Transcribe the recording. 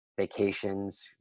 vacations